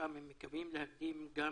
דרכם הם מקווים להגדיל גם